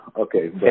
Okay